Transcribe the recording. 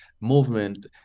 movement